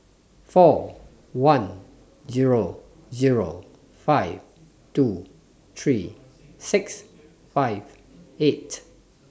four one Zero Zero five two three six five eight